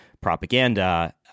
propaganda